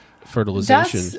fertilization